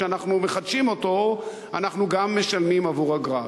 כשאנחנו מחדשים אותו אנחנו גם משלמים אגרה.